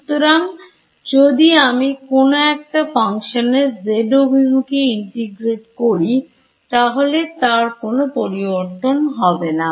সুতরাং যদি আমি কোন একটা function এর z অভিমুখে Integrate করি তাহলে তার কোন পরিবর্তন হবে না